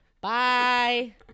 Bye